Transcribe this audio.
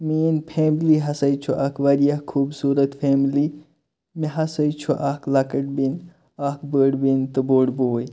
میٲنٛۍ فیملی ہَسا چھُ اکھ واریاہ خوٗبصوٗرَت فیملی مےٚ ہَسا چھُ اکھ لَکٕٹۍ بیٚنہِ اکھ بٔڑ بیٚنہِ تہٕ بوٚڑ بوٚے